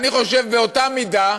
אני חושב באותה מידה,